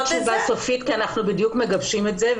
אין לי תשובה סופית כי אנחנו בדיוק מגבשים את זה.